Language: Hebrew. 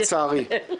לצערי.